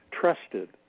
trusted